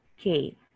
okay